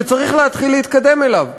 שצריך להתחיל להתקדם אליו.